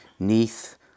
Neath